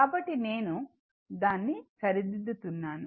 కాబట్టి నేను దాన్ని సరిదిద్దుతున్నాను